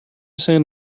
send